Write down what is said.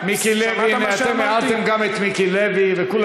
אני לא חוזר בי במילה, לא